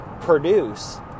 produce